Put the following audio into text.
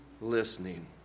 listening